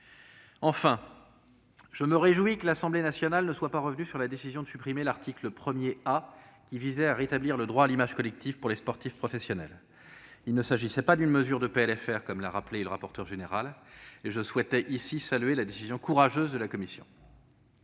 Enfin, je me réjouis que l'Assemblée nationale ne soit pas revenue sur la décision de supprimer l'article 1 A, qui rétablissait le droit à l'image collective pour les sportifs professionnels. De fait, il ne s'agissait pas d'une mesure de PLFR, comme M. le rapporteur général l'a rappelé. Je souhaite saluer ici la décision courageuse de la commission.